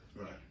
right